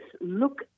look